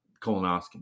colonoscopy